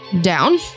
down